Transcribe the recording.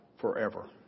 forever